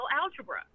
algebra